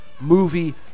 movie